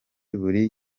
buri